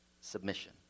Submission